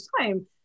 time